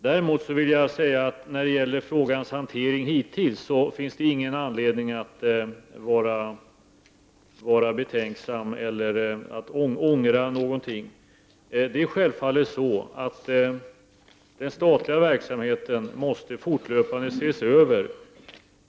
Däremot kan jag säga att det inte finns anledning att vara betänksam eller ångra något beträffande frågans hantering hittills. Den statliga verksamheten måste självfallet ses över fortlöpande.